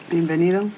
Bienvenido